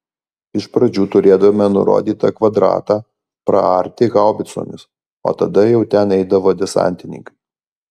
iš pradžių turėdavome nurodytą kvadratą praarti haubicomis o tada jau ten eidavo desantininkai